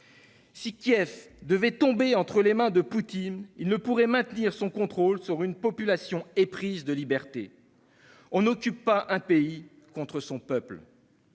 Si Kiev devait tomber entre les mains de Poutine, il ne pourrait maintenir son contrôle sur une population éprise de liberté. On n'occupe pas un pays contre son peuple.